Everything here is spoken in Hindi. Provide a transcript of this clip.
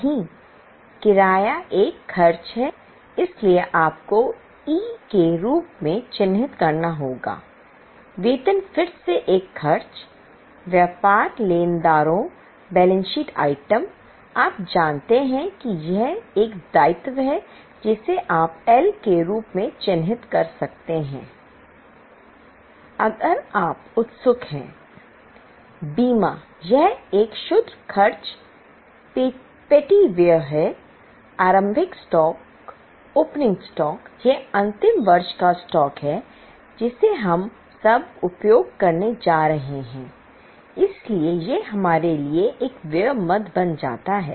नहीं किराया एक खर्च है इसलिए आपको ई यह अंतिम वर्ष का स्टॉक है जिसे हम अब उपयोग करने जा रहे हैं इसलिए यह हमारे लिए एक व्यय मद बन जाता है